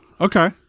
Okay